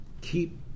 Keep